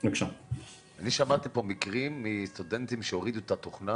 אני שמעתי פה מקרים על סטודנטים שהורידו את התוכנה